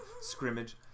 scrimmage